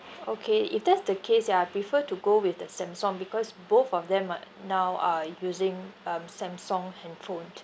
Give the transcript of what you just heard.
okay if that's the case ya I prefer to go with the Samsung because both of them are now are using um Samsung handphone